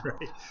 right